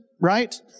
right